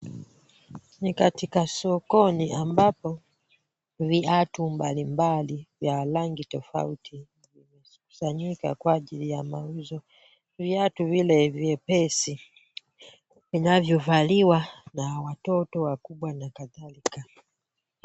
Ni katika sokoni ambapo viatu mbalimbali vya rangi tofauti vimekusanyika kwa ajili ya mauzo. Viatu vile vyepesi vinavyovaliwa na watoto, wakubwa na kadhalika.